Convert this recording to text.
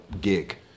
gig